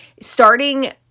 Starting